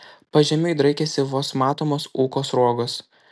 pažemiui draikėsi vos matomos ūko sruogos